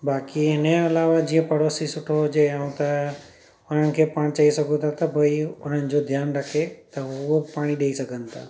बाकी हिन जे अलावा जीअं पड़ोसी सुठो हुजे ऐं त हुननि के पाण चई सघूं था त भई उन्हनि जो ध्यानु रखे त उहो पाणी ॾेई सघनि था